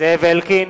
זאב אלקין,